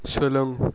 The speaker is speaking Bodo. सोलों